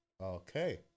Okay